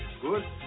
good